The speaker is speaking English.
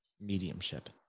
mediumship